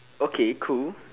okay cool